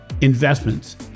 investments